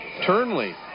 Turnley